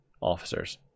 officers